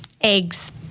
eggs